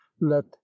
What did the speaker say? let